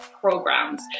programs